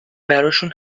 براشون